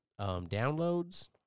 downloads